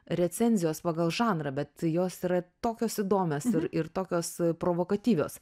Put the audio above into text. recenzijos pagal žanrą bet jos yra tokios įdomios ir ir tokios provokatyvios